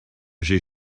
j’ai